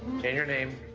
change your name,